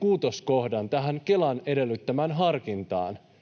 kuutoskohdan Kelan edellyttämään harkintaan